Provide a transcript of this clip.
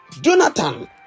Jonathan